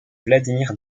vladimir